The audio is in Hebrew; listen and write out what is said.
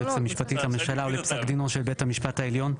היועצת המשפטית לממשלה או לפסק דינו של בית המשפט העליון'.